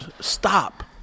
Stop